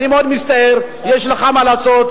אני מאוד מצטער, יש לך מה לעשות.